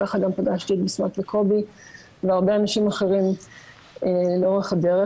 כך גם פגשתי את בשמת וקובי והרבה אנשים אחרים לאורך הדרך,